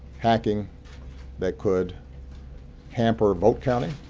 hacking that could hamper vote counting,